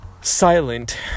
silent